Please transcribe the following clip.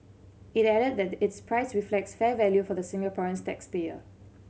it added that its price reflects fair value for the Singaporean tax payer